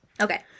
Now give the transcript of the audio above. Okay